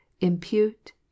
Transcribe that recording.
impute